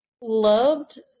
loved